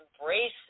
embrace